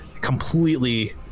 completely